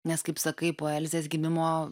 nes kaip sakai po elzės gimimo